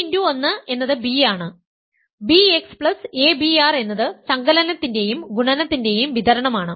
bx1 എന്നത് b ആണ് bxabr എന്നത് സങ്കലനത്തിന്റെയും ഗുണനത്തിന്റെയും വിതരണമാണ്